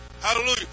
Hallelujah